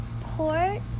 Port